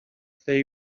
they